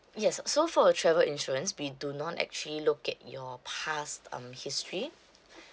yes so for our travel insurance we do not actually look at your past um history